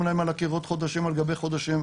להם על הקירות חודשים על גבי חודשים,